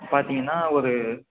பார்த்தீங்கன்னா ஒரு